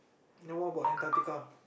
then what about Antarctica